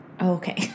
okay